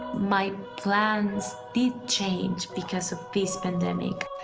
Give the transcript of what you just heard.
my plans did change because of this pandemic,